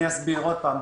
אני אסביר עוד פעם.